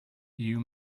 you